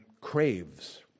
craves